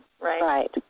Right